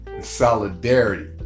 solidarity